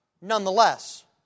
nonetheless